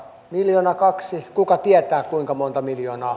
miljoona kaksi kuka tietää kuinka monta miljoonaa